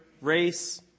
race